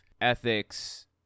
ethics